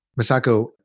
Masako